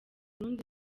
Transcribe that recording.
rundi